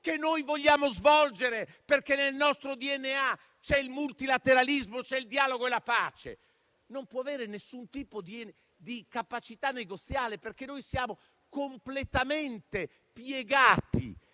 che noi vogliamo svolgere, perché nel nostro DNA c'è il multilateralismo, ci sono il dialogo e la pace. Non possiamo avere nessuna capacità negoziale perché noi siamo completamente piegati.